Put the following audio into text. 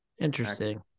Interesting